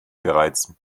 bereits